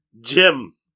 Jim